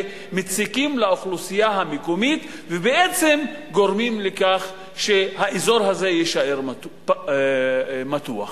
שמציקים לאוכלוסייה המקומית ובעצם גורמים לכך שהאזור הזה יישאר מתוח.